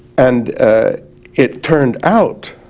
and it turned out